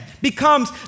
becomes